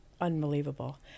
unbelievable